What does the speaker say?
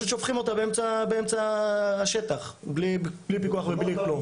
שופכים אותה באמצע השטח בלי פיקוח ובלי כלום.